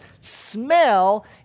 smell